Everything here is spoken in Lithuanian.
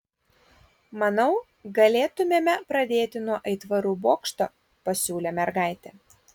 manau galėtumėme pradėti nuo aitvarų bokšto pasiūlė mergaitė